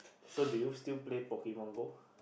so do you still play Pokemon-Go